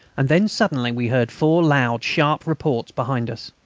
and then suddenly we heard four loud, sharp reports behind us.